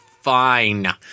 fine